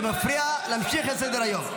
זה מפריע להמשיך את סדר-היום.